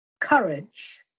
courage